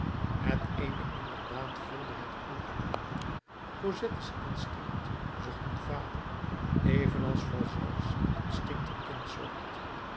het eene inderdaad vulde het andere aan cosettes instinct zocht een vader evenals valjeans instinct een kind zocht